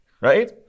Right